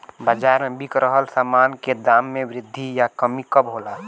बाज़ार में बिक रहल सामान के दाम में वृद्धि या कमी कब होला?